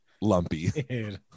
Lumpy